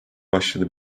başladı